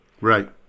Right